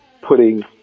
putting